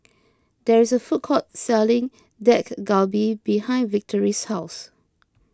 there is a food court selling Dak Galbi behind Victory's house